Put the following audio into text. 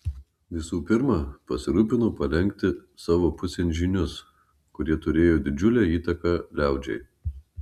visų pirma pasirūpino palenkti savo pusėn žynius kurie turėjo didžiulę įtaką liaudžiai